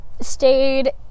stayed